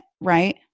right